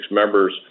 members